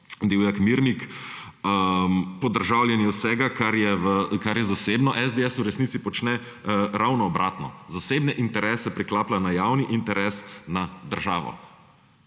Divjak Mirnik, podržavljenje vsega, kar je zasebno. SDS v resnici počne ravno obratno. Zasebne interese priklaplja na javni interes, na državo.